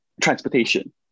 transportation